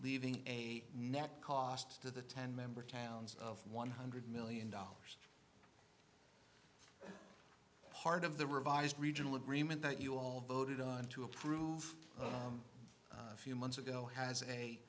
leaving a net cost to the ten member towns of one hundred million dollars part of the revised regional agreement that you all voted on to approve a few months ago has a